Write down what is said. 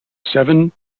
seven